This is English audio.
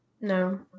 No